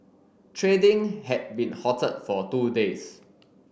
trading had been halted for two days